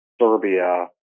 Serbia